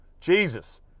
Jesus